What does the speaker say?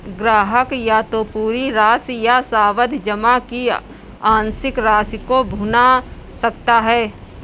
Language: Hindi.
ग्राहक या तो पूरी राशि या सावधि जमा की आंशिक राशि को भुना सकता है